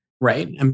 Right